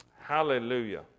Hallelujah